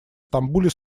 стамбуле